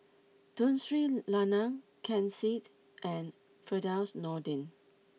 Tun Sri Lanang Ken Seet and Firdaus Nordin